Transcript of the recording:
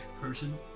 person